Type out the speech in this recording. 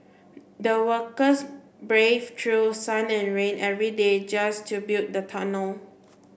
the workers braved through sun and rain every day just to build the tunnel